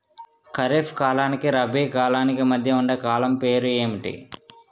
ఖరిఫ్ కాలానికి రబీ కాలానికి మధ్య ఉండే కాలం పేరు ఏమిటి?